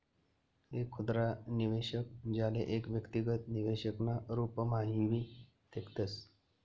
एक खुदरा निवेशक, ज्याले एक व्यक्तिगत निवेशक ना रूपम्हाभी देखतस